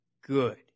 good